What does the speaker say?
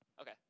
Okay